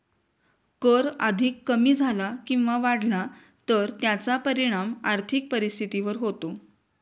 कर अधिक कमी झाला किंवा वाढला तर त्याचा परिणाम आर्थिक परिस्थितीवर होतो